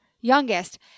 youngest